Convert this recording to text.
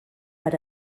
per